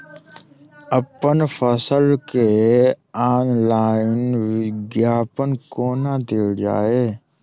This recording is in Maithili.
अप्पन फसल केँ ऑनलाइन विज्ञापन कोना देल जाए?